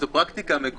זו פרקטיקה מגונה.